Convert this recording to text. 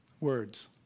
Words